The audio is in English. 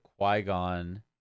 Qui-Gon